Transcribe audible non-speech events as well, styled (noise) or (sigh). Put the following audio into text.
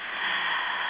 (noise)